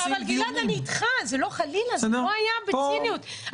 גלעד, אני איתך, חלילה, זה לא היה בציניות.